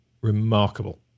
remarkable